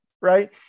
right